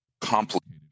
complicated